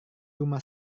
rumah